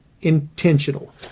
intentional